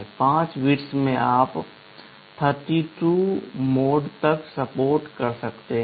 5 bits में आप 32 mode तक सपोर्ट कर सकते हैं